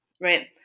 right